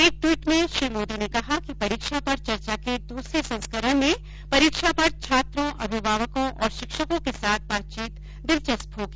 एक ट्वीट में श्री मोदी ने कहा कि परीक्षा पर चर्चा के दूसरे संस्करण में परीक्षा पर छात्रों अभिभावकों और शिक्षकों के साथ बातचीत दिलचस्प होगी